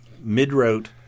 mid-route